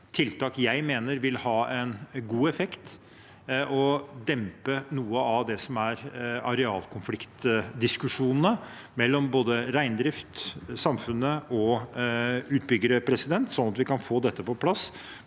tiltak jeg mener vil ha en god effekt og dempe noe av det som er arealkonfliktdiskusjonene mellom reindrift, samfunnet og utbyggere, slik at vi kan få dette på plass